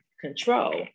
control